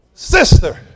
Sister